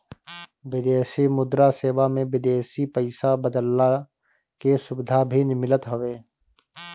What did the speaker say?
विदेशी मुद्रा सेवा में विदेशी पईसा बदलला के सुविधा भी मिलत हवे